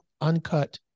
uncut